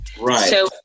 Right